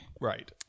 right